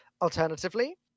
Alternatively